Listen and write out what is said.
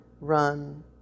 run